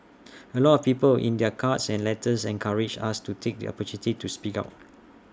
A lot of people in their cards and letters encouraged us to take the opportunity to speak out